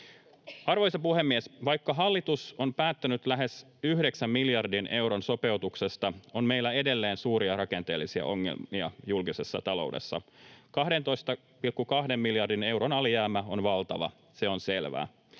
Arvoisa puhemies! Vaikka hallitus on päättänyt lähes yhdeksän miljardin euron sopeutuksesta, on meillä on edelleen suuria rakenteellisia ongelmia julkisessa taloudessa. 12,2 miljardin euron alijäämä on valtava, se on selvää.